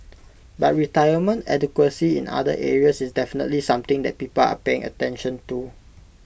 but retirement adequacy in other areas is definitely something that people are paying attention to